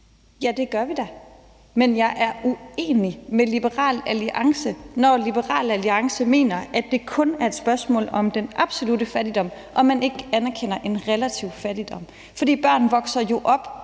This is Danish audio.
Ja, det gør vi da, men jeg er uenig med Liberal Alliance, når Liberal Alliance mener, at det kun er et spørgsmål om den absolutte fattigdom, og at man ikke anerkender relativ fattigdom. For børn vokser jo op